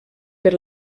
per